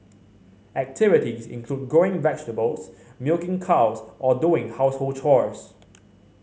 activity is include growing vegetables milking cows or doing household chores